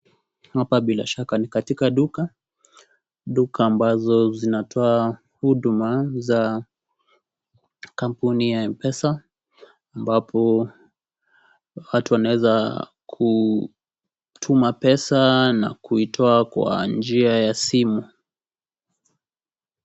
Hapa bilashaka ni katika duka. Duka ambazo zinatoa huduma za, kampuni ya Mpesa, ambapo watu wanaweza kutuma pesa na kuitoa kwa njia ya simu.